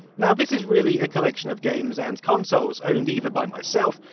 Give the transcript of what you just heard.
now this is really a collection of games and consoles, owned either by myself,